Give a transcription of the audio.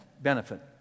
benefit